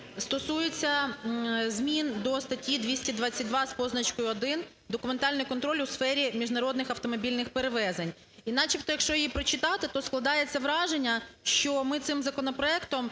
стосується змін до статті 222 з позначкою 1 "Документальний контроль у сфері міжнародних автомобільних перевезень". І начебто, якщо її прочитати, то складається враження, що ми цим законопроектом